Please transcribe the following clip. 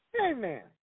Amen